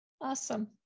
Awesome